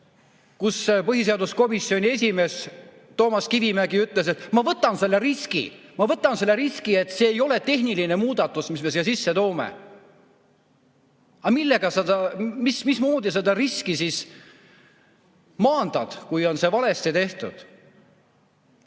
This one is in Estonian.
Põhiseaduskomisjoni esimees Toomas Kivimägi ütles: "Ma võtan selle riski, et see ei ole tehniline muudatus, mis me siia sisse toome." Aga mismoodi sa seda riski siis maandad, kui see on valesti tehtud?